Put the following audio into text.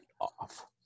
off